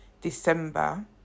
December